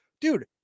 dude